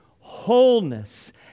wholeness